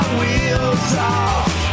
wheels-off